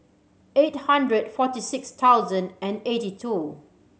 eight hundred forty six thousand and eighty two